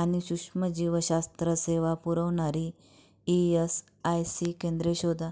आणि सूक्ष्मजीवशास्त्र सेवा पुरवणारी ई एस आय सी केंद्रे शोधा